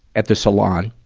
at the salon,